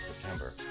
September